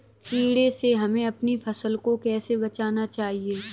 कीड़े से हमें अपनी फसल को कैसे बचाना चाहिए?